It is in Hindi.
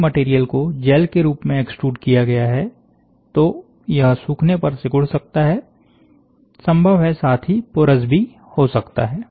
यदि मटेरियल को जैल के रूप में एक्सट्रुड किया गया है तो यह सूखने पर सिकूड़ सकता है संभव है साथ ही पोरस भी हो सकता है